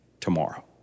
tomorrow